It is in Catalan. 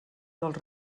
dels